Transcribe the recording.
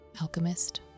alchemist